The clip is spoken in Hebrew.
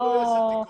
תלוי איזה תיקון.